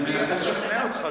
אני מנסה לשכנע אותך,